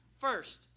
First